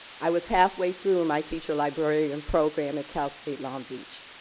i was halfway through of my teacher librarian program at cal state long beach,